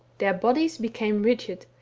their bodies became rigid,